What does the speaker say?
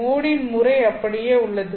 மோடின் முறை அப்படியே உள்ளது